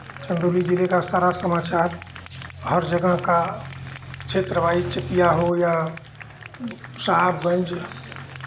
चंदौली जिले का सारा समाचार हर जगह का क्षेत्र वाइज़ चकिया हो या साहबगंज